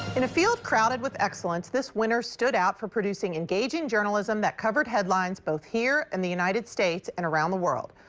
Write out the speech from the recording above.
in a field crowded with excellence this winner stood out for producing engaging journalism that covered headlines both here in the united states and around the world.